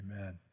Amen